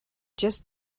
just